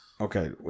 Okay